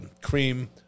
cream